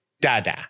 da-da